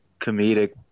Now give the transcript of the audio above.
comedic